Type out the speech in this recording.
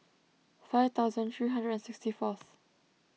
five thousand three hundred and sixty fourth